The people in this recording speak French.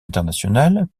international